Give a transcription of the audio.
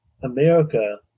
America